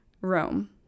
Rome